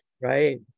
right